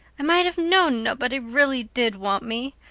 i might have known nobody really did want me.